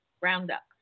Roundup